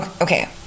Okay